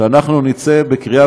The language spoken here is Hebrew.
שאנחנו נצא בקריאה,